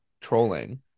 trolling